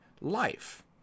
life